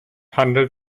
handelt